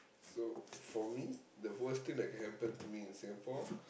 so for me the worst thing that can happen to me in Singapore